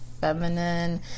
feminine